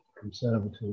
Conservative